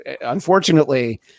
unfortunately